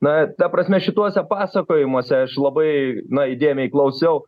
na ta prasme šituose pasakojimuose aš labai na įdėmiai klausiau